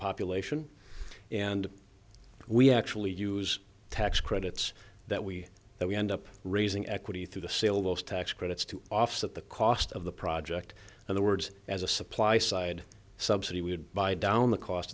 population and we actually use tax credits that we that we end up raising equity through the sales tax credits to offset the cost of the project and the words as a supply side subsidy would buy down the cost